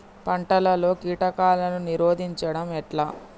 పంటలలో కీటకాలను నిరోధించడం ఎట్లా?